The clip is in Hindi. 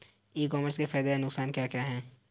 ई कॉमर्स के फायदे या नुकसान क्या क्या हैं?